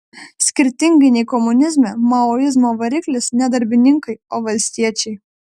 skirtingai nei komunizme maoizmo variklis ne darbininkai o valstiečiai